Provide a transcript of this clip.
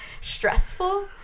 stressful